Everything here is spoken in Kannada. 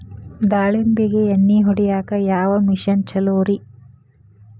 ದಾಳಿಂಬಿಗೆ ಎಣ್ಣಿ ಹೊಡಿಯಾಕ ಯಾವ ಮಿಷನ್ ಛಲೋರಿ?